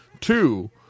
Two